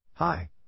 Hi